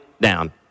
down